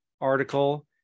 article